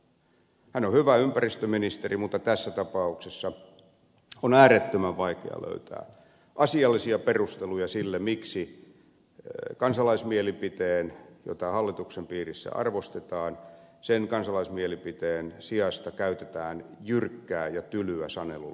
hän on hyvä ympäristöministeri mutta tässä tapauksessa on äärettömän vaikea löytää asiallisia perusteluja sille miksi kansalaismielipiteen jota hallituksen piirissä arvostetaan sijasta käytetään jyrkkää ja tylyä sanelulinjaa